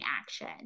action